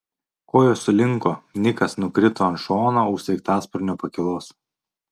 kojos sulinko nikas nukrito ant šono už sraigtasparnio pakylos